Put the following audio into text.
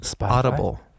Audible